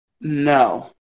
No